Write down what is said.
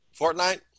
Fortnite